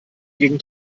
gegen